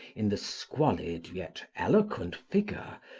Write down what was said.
in the squalid, yet eloquent figure,